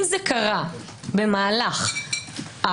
אם זה קרה במהלך השבעה,